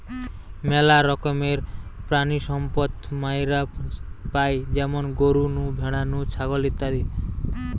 মেলা রকমের প্রাণিসম্পদ মাইরা পাই যেমন গরু নু, ভ্যাড়া নু, ছাগল ইত্যাদি